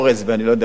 ואם זה ראש השנה,